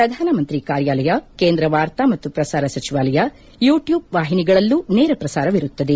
ಪ್ರಧಾನ ಮಂತ್ರಿ ಕಾರ್ಯಾಲಯ ಕೇಂದ್ರ ವಾರ್ತಾ ಮತ್ತು ಪ್ರಸಾರ ಸಚಿವಾಲಯ ಯೂಟ್ಲೂಬ್ ವಾಹಿನಿಗಳಲ್ಲೂ ನೇರ ಪ್ರಸಾರವಿರುತ್ತದೆ